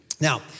Now